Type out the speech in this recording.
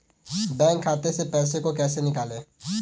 Bank खाते से पैसे को कैसे निकालें?